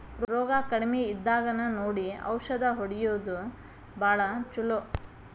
ರೋಗಾ ಕಡಮಿ ಇದ್ದಾಗನ ನೋಡಿ ಔಷದ ಹೊಡಿಯುದು ಭಾಳ ಚುಲೊ